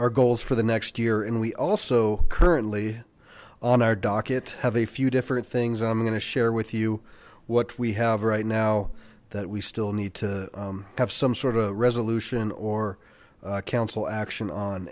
our goals for the next year and we also currently on our docket have a few different things i'm going to share with you what we have right now that we still need to have some sort of resolution or council action